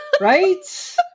Right